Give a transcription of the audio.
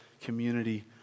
community